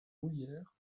mouillères